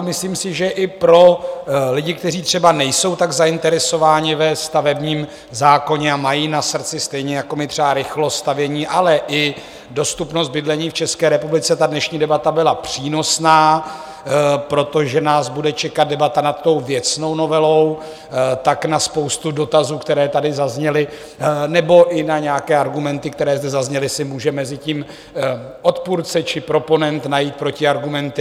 Myslím si, že i pro lidi, kteří třeba nejsou tak zainteresováni ve stavebním zákoně a mají na srdci stejně jako my třeba rychlost stavění, ale i dostupnost bydlení v České republice, dnešní debata byla přínosná, protože nás bude čekat debata nad věcnou novelou, tak na spoustu dotazů, které tady zazněly, nebo i na nějaké argumenty, které zde zazněly, si může mezitím odpůrce či proponent najít protiargumenty.